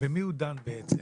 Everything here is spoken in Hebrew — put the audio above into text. במי הוא דן, בעצם?